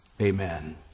Amen